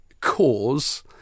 cause